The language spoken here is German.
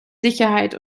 sicherheit